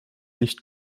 nicht